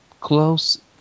Close